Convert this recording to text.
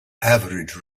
average